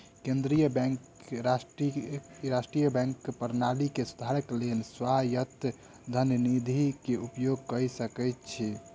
केंद्रीय बैंक राष्ट्रीय बैंक प्रणाली के सुधारक लेल स्वायत्त धन निधि के उपयोग कय सकै छै